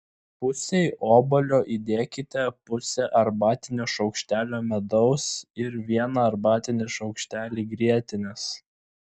pusei obuolio įdėkite pusę arbatinio šaukštelio medaus ir vieną arbatinį šaukštelį grietinės